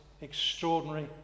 extraordinary